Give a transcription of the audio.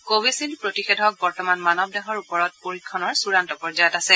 কভিখ্বিল্ড প্ৰতিষেধক বৰ্তমান মানৱ দেহৰ ওপৰত পৰীক্ষণৰ চূড়ান্ত পৰ্যায়ত আছে